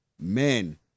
Men